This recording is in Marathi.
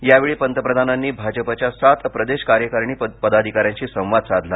यावेळी पंतप्रधानांनी भाजपच्या सात प्रदेश कार्यकारिणी पदाधिकाऱ्यांशी संवाद साधला